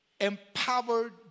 empowered